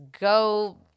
go